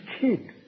kid